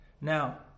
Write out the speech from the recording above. Now